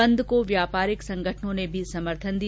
बंद को व्यापारिक संगठनों ने भी समर्थन दिया